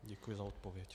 Děkuji za odpověď.